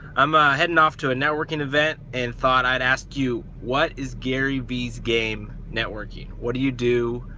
i'm heading off to a networking event and thought i'd ask you, what is gary vee's game networking? what do you do?